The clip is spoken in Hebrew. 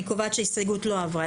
אני קובעת שההסתייגות לא עברה.